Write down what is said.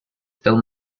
still